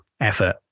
effort